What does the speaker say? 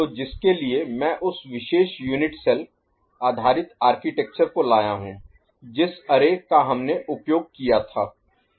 तो जिसके लिए मैं उस विशेष यूनिट सेल आधारित आर्किटेक्चर को लाया हूं जिस अरे का हमने उपयोग किया था